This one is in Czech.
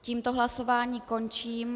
Tímto hlasování končím.